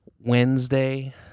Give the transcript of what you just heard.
Wednesday